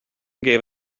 gave